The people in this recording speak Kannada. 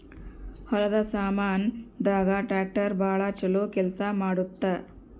ಹೊಲದ ಸಾಮಾನ್ ದಾಗ ಟ್ರಾಕ್ಟರ್ ಬಾಳ ಚೊಲೊ ಕೇಲ್ಸ ಮಾಡುತ್ತ